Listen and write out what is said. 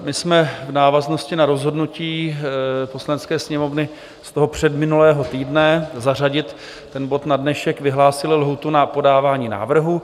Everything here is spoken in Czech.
My jsme v návaznosti na rozhodnutí Poslanecké sněmovny z předminulého týdne zařadit ten bod na dnešek vyhlásili lhůtu na podávání návrhů.